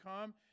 come